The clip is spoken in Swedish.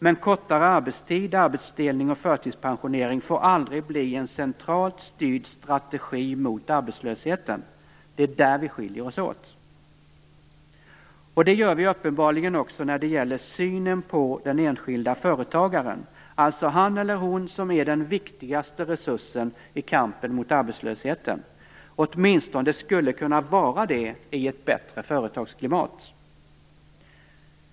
Men kortare arbetstid, arbetsdelning och förtidspensionering får aldrig bli en centralt styrd strategi mot arbetslösheten. Det är där vi skiljer oss åt. Det gör vi uppenbarligen också när det gäller synen på den enskilda företagaren, alltså han eller hon som är den viktigaste resursen i kampen mot arbetslösheten - eller åtminstone skulle kunna vara det i ett bättre företagsklimat.